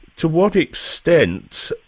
to what extent,